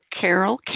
Carol